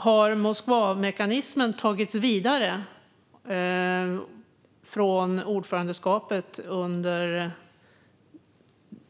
Har Moskvamekanismen tagits vidare från ordförandeskapet under